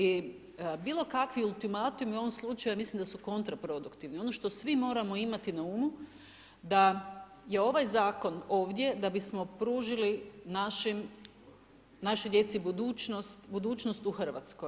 I bilo kakvi ultimatumi, u ovom slučaju ja mislim da su kontraproduktivni, ono što svi moramo imati na umu da je ovaj zakon ovdje da bismo pružili našim, našoj djeci budućnost u Hrvatskoj.